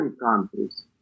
countries